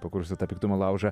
pakursto tartum laužą